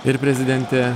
ir prezidentė